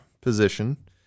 position